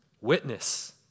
Witness